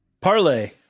Parlay